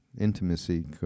intimacy